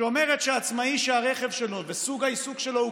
שאומרת שהעצמאי שהרכב שלו וסוג העיסוק שלו הוא